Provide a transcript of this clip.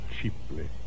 cheaply